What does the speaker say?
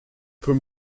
put